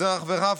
זרח ורהפטיג,